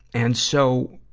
and so,